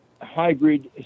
hybrid